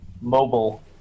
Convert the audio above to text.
mobile